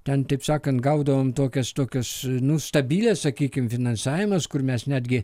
ten taip sakant gaudavom tokias tokias nu stabilias sakykim finansavimas kur mes netgi